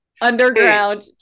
underground